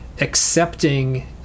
accepting